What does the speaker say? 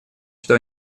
что